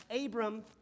Abram